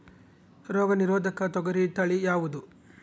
ರೋಗ ನಿರೋಧಕ ತೊಗರಿ ತಳಿ ಯಾವುದು?